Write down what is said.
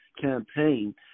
campaign